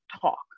talk